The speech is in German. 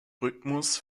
rhythmus